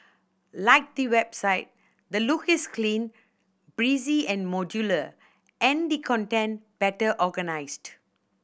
like the website the look is clean breezy and modular and the content better organised